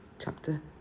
Chapter